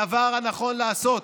הדבר הנכון לעשות